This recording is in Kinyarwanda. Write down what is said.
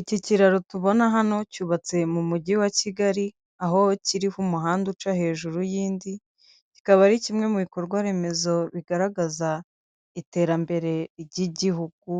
Iki kiraro tubona hano cyubatse mu mujyi wa kigali aho kiriho umuhanda uca hejuru y'indi, kikaba ari kimwe mu bikorwa remezo bigaragaza iterambere ry'igihugu